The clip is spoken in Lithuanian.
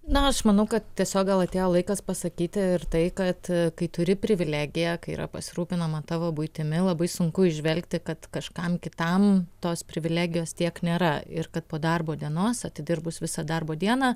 na aš manau kad tiesiog gal atėjo laikas pasakyti ir tai kad kai turi privilegiją kai yra pasirūpinama tavo buitimi labai sunku įžvelgti kad kažkam kitam tos privilegijos tiek nėra ir kad po darbo dienos atidirbus visą darbo dieną